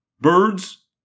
Birds